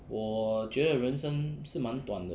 我觉得人生是蛮短的